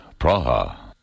Praha